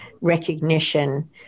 recognition